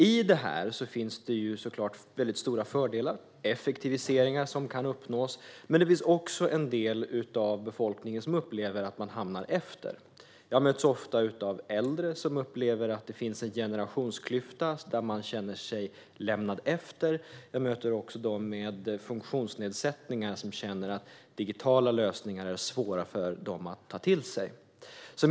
I detta finns det såklart stora fördelar och effektiviseringar som kan uppnås, men det finns också en del av befolkningen som upplever att de hamnar efter. Jag möter ofta äldre som upplever att det finns en generationsklyfta och att de känner sig lämnade efter. Jag möter också personer med funktionsnedsättningar som känner att det är svårt för dem att ta till sig digitala lösningar.